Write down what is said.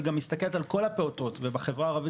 היא גם מסתכלת על כל הפעוטות ובחברה הערבית